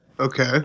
Okay